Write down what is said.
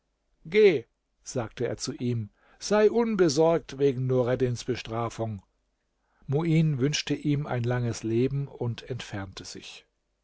sagte er zu ihm sei unbesorgt wegen nureddins bestrafung muin wünschte ihm ein langes leben und entfernte sich